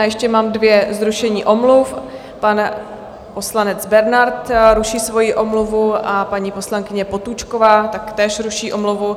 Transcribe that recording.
Já ještě mám dvě zrušení omluv: pan poslanec Bernard ruší svoji omluvu a paní poslankyně Potůčková taktéž ruší omluvu.